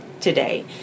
today